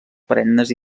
perennes